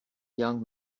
young